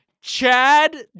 Chad